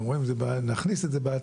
הם אמרו שיכניסו את זה בעתיד.